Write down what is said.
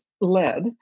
led